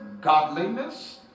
godliness